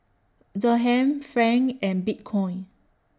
Dirham Franc and Bitcoin